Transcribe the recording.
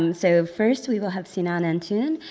um so first, we will have sinan antoon,